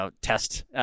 test